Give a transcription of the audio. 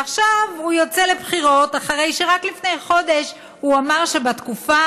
ועכשיו הוא יוצא לבחירות אחרי שרק לפני חודש הוא אמר שבתקופה